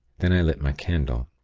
then i lit my candle.